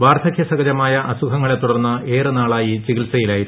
വാർദ്ധകൃസഹജമായ അസുഖങ്ങളെ തുടർന്ന് ഏറെ നാളായി ചികിത്സയിലായിരുന്നു